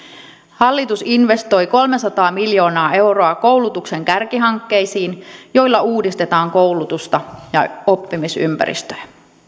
hallitus investoi kolmesataa miljoonaa euroa koulutuksen kärkihankkeisiin joilla uudistetaan koulutusta ja oppimisympäristöjä